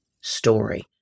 story